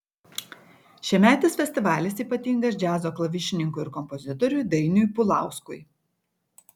šiemetis festivalis ypatingas džiazo klavišininkui ir kompozitoriui dainiui pulauskui